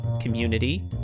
community